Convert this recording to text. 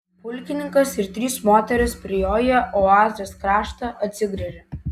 pulkininkas ir trys moterys prijoję oazės kraštą atsigręžė